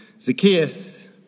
Zacchaeus